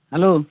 hello